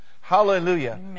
hallelujah